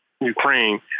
Ukraine